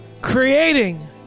creating